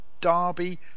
Derby